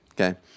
Okay